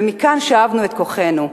ומכאן שאבנו את כוחנו,